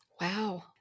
Wow